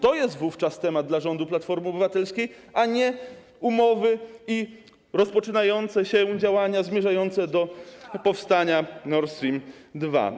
To jest wówczas temat dla rządu Platformy Obywatelskiej, a nie umowy i rozpoczynające się działania zmierzające do powstania Nord Stream 2.